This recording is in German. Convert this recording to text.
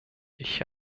ich